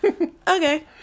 Okay